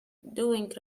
doing